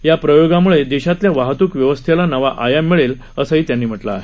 या प्रयोगामुळे देशातल्या वाहतूक व्यवस्थेला नवा आयाम मिळेल असंही त्यांनी म्हटलं आहे